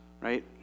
right